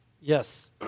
Yes